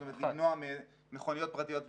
זאת אומרת למנוע ממכוניות פרטיות לנסוע,